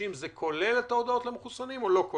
כוללים את ההודעות למחוסנים או לא?